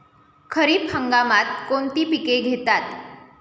खरीप हंगामात कोणती पिके घेतात?